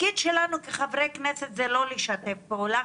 התפקיד שלנו כחברי כנסת זה לא לשתף פעולה.